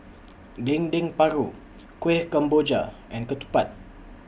Dendeng Paru Kueh Kemboja and Ketupat